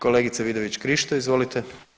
Kolegice Vidović-Krišto, izvolite.